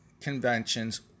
conventions